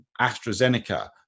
AstraZeneca